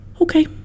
Okay